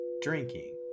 drinking